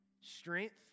strength